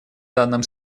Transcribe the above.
данном